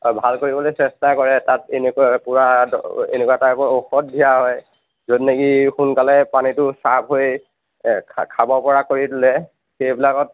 ভাল কৰিবলৈ চেষ্টা কৰে তাত এনেকুৱা পুৰা এনেকুৱা টাইপৰ ঔষধ দিয়া হয় য'ত নেকি সোনকালে পানীটো চাফ হৈ খাব পৰা কৰি তোলে সেইবিলাকত